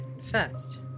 first